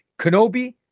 Kenobi